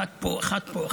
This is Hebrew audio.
אחד פה,